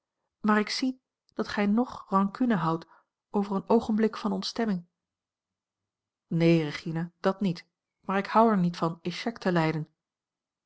maar ik zie dat gij ng rancune houdt over een oogenblik van ontstemming neen regina dat niet maar ik houd er niet van